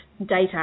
data